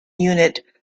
unit